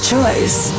Choice